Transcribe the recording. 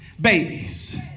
babies